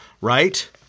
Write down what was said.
Right